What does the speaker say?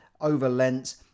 overlent